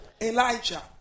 Elijah